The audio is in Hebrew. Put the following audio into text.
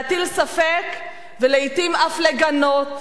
להטיל ספק ולעתים אף לגנות,